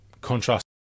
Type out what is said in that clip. contrast